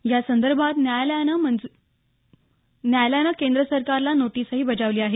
यासंदर्भात न्यायालयानं केंद्र सरकारला नोटीसही बजावली आहे